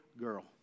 girl